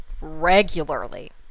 Regularly